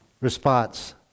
response